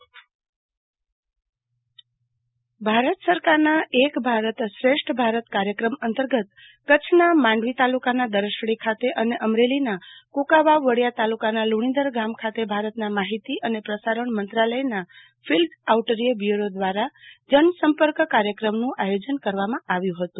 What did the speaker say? આરતી ભદ્દ એક ભારત શ્રેષ્ઠ ભારત ભારત સરકારના એક ભારત શ્રેષ્ઠ ભારત કાર્યક્રમ અંતર્ગત કચ્છના માંડવી તાલુકાના દરશડી ખાતે અને અમરેલીના કુંકાવાવ વડિયા તાલુકાના લુણીધર ગામ ખાતે ભારતના માહિતી અને પ્રસારણ મંત્રાલયના ફિલ્ડ આઉટરીય બ્યુરો દ્વારા જનસંપર્ક કાર્યક્રમનું આયોજન કરવામાં આવ્યું હતું